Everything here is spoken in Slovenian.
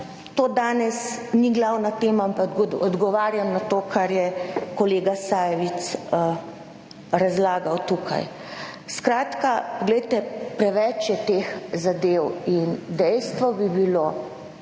to danes ni glavna tema, ampak odgovarjam na to kar je kolega Sajovic razlagal tukaj. Skratka, poglejte, preveč je teh zadev in dejstvo bi bilo,